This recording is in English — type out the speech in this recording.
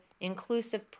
inclusive